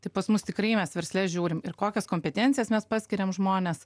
tai pas mus tikrai mes versle žiūrim ir kokias kompetencijas mes paskiriam žmones